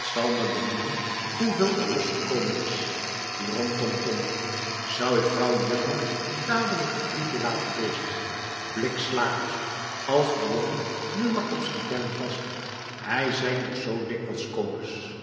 t zal me benieuwen hoeveel er losgekomen is tiromtomtom zou ik vrouw juttner dadelijk t briefje laten lezen blikslagers als de jongen nu maar op zijn tellen past hij zeit nog zoo dikwijls kobus